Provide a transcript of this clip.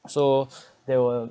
so there were